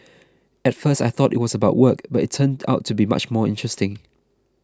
at first I thought it was about work but it turned out to be much more interesting